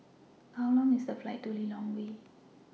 How Long IS The Flight to Lilongwe